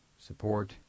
support